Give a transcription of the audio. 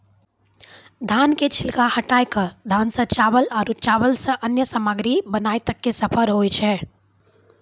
धान के छिलका हटाय कॅ धान सॅ चावल आरो चावल सॅ अन्य सामग्री बनाय तक के सफर होय छै